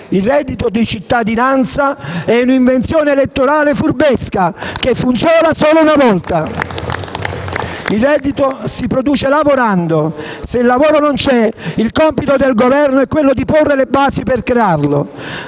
Il reddito di cittadinanza è un'invenzione elettorale furbesca che funziona solo una volta. *(Applausi dal Gruppo FI-BP)*. Il reddito si produce lavorando. Se il lavoro non c'è, il compito del Governo è porre le basi per crearlo.